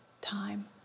time